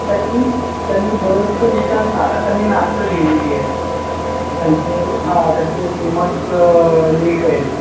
त्यांनी त्यांनी बरचसं लिखाण ना त्यांनी नाटकं लिहिलेली आहेत त्यांचं हां त्यांचे फेमस लेख आहेत